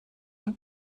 many